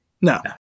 No